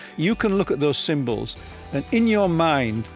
you can look at those symbols and in your mind,